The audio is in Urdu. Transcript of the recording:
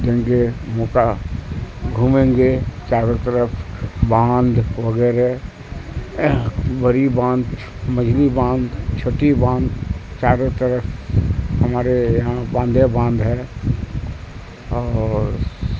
دیں گے موقع گھومیں گے چاروں طرف باندھ وغیرہ بڑی باندھ منجھلی باندھ چھوٹی باندھ چاروں طرف ہمارے یہاں باندھ ہی باند ہے اور